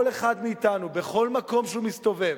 כל אחד מאתנו, בכל מקום שהוא מסתובב,